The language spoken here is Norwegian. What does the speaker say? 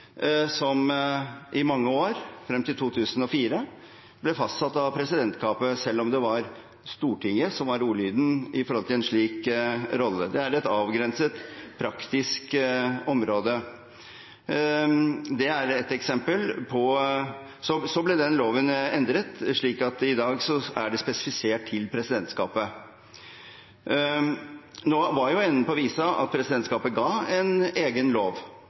som i mange år – frem til 2004 – ble fastsatt av presidentskapet selv om det var Stortinget som var ordlyden med hensyn til en slik rolle. Det er et avgrenset praktisk område, det er ett eksempel. Så ble den loven endret, slik at i dag er det spesifisert til presidentskapet. Nå var jo enden på visa at presidentskapet ga en egen lov,